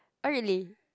oh really